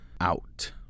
Out